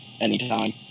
anytime